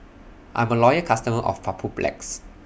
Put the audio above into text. I'm A Loyal customer of Papulex